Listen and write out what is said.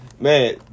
Man